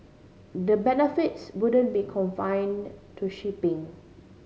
the benefits wouldn't be confined to shipping